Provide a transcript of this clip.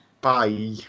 Bye